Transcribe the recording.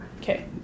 Okay